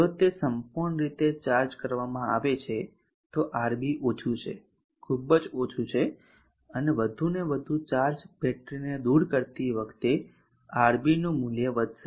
જો તે સંપૂર્ણ રીતે ચાર્જ કરવામાં આવે છે તો RB ઓછું છે ખૂબ જ ઓછું છે અને વધુ અને વધુ ચાર્જ બેટરીને દૂર કરતી વખતે RB નું મૂલ્ય વધશે